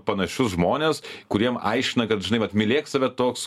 panašius žmones kuriem aiškina kad žinai vat mylėk save toks